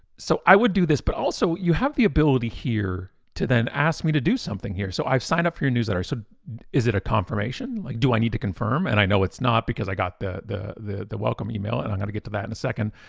so i would do this, but also you have the ability here to then ask me to do something here. so i've signed up for your newsletter. so is it a confirmation, like, do i need to confirm, and i know it's not because i got the the welcome email and i'm gonna get to that in a second.